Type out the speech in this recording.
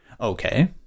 Okay